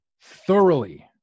thoroughly